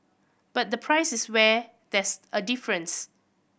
but the price is where there's a difference